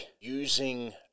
using